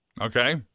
Okay